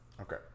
Okay